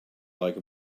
like